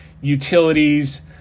Utilities